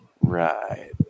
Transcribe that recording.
Right